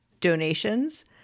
donations